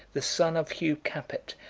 the son of hugh capet,